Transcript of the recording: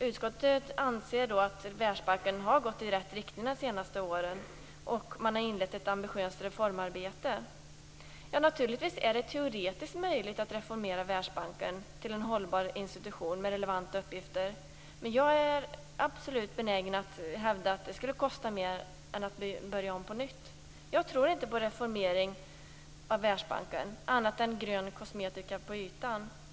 Utskottet anser att Världsbanken har gått i rätt riktning de senaste åren och att man har inlett ett ambitiöst reformarbete. Naturligtvis är det teoretiskt möjligt att reformera Världsbanken till en hållbar institution med relevanta uppgifter, men jag är absolut benägen att hävda att det skulle kosta mer än att börja om på nytt. Jag tror inte på reformering av Världsbanken annat än i form av grön kosmetika på ytan.